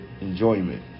enjoyment